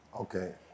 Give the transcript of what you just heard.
Okay